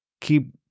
keep